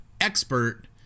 expert